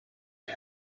you